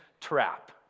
trap